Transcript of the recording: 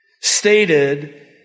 stated